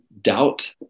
doubt